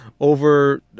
over